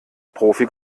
profi